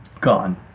gone